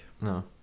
No